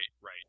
right